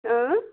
ٲں